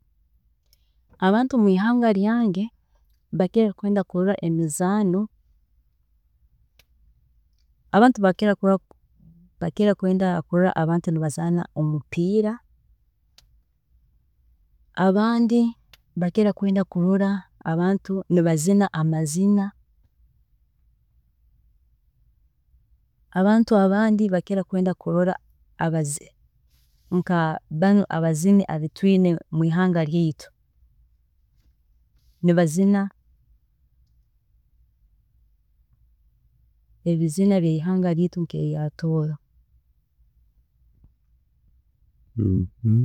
﻿Abantu mwihanga ryange bakira kwenda kurola nkemizaano, abandi bakira kwenda kurola nkemipiira, abandi bakira kwenda kurola abantu nibazina amazina, abantu abandi bakira kwenda kurola abazini nka banu abazini abu twiine mwihanga ryeitu nibazina, ebizina ebyeihanga ryeitu nk'erya tooro